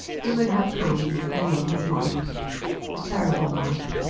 he would have come and made his mark a terrible mark,